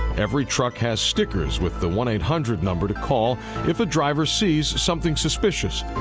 every truck has stickers with the one eight hundred number to call if a driver sees something suspicious.